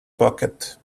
pocket